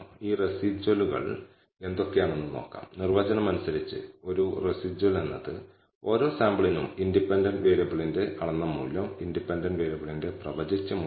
അപ്പോൾ നമുക്ക് ഡിപെൻഡന്റ് വേരിയബിളിന്റെ അളവും പ്രവചിച്ച മൂല്യവും തമ്മിലുള്ള വ്യത്യാസം ഓരോന്നും സ്ക്വയർ ചെയ്തു കിട്ടുന്നതിന്റെ ആകെത്തുകയെ n 2 കൊണ്ട് ഹരിച്ചാൽ ഡിപെൻഡന്റ് വേരിയബിളിന്റെ പ്രവചന മൂല്യം എടുക്കാം അത് ഡിപെൻഡന്റ് വേരിയബിളിലെ എറർ ആണ്